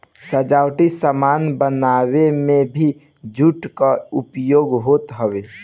सजावटी सामान बनावे में भी जूट कअ उपयोग होत हवे